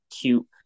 cute